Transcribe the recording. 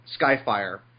Skyfire